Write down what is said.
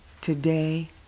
today